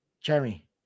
Jeremy